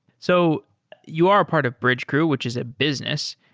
so you are a part of bridgecrew, which is a business.